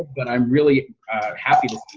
but i'm really happy to see